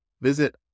Visit